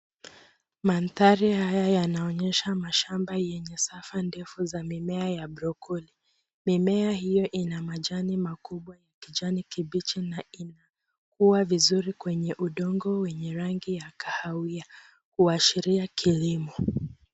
Mandhari haya yanaonyesha mashamba yenye safa ndefu ya mimea ya broccoli . Mimea hiyo ina majani makubwa ya kijani kibichi na inakua vizuri kwenye udongo wenye rangi ya kahawia, kuashiria kilimo.